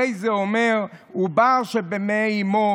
הרי זה אומר: עובר שבמעי אימו.